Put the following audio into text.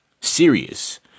serious